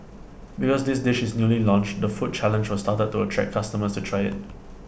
because this dish is newly launched the food challenge was started to attract customers to try IT